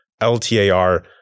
ltar